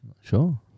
Sure